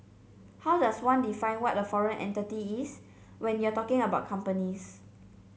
how does one define what a foreign entity is when you're talking about companies